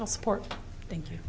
i'll support thank you